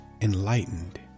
enlightened